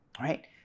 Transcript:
right